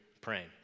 praying